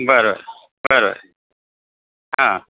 बरं बरं हां